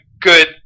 good